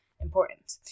important